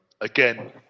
again